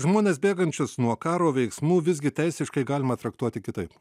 žmones bėgančius nuo karo veiksmų visgi teisiškai galima traktuoti kitaip